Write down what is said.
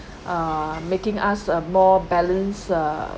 err making us uh more balance err